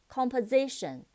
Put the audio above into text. Composition